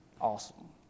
awesome